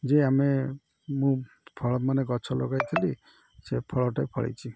ଯେ ଆମେ ମୁଁ ଫଳମାନେ ଗଛ ଲଗାଇଥିଲି ସେ ଫଳଟା ଫଳିଛି